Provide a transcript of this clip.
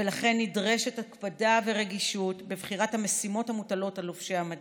ולכן נדרשות הקפדה ורגישות בבחירת המשימות המוטלות על לובשי המדים.